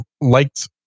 liked